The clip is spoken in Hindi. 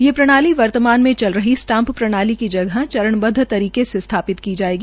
ये प्रणाली वर्तमान मे चल रही स्टाम्प प्रणाली की जगह चरण्बद्व तरीके से स्थापित की जायेग